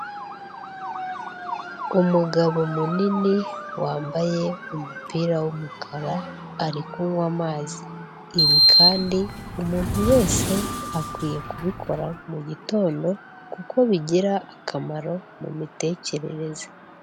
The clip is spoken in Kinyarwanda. Umugabo munini wambaye umupira w'umukara ari kunywa amazi, ibi kandi umuntu wese akwiye kubikora mu gitondo kuko bigira akamaro mu mitekerereze.